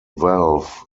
valve